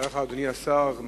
תודה לך, אדוני השר.